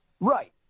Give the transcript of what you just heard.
Right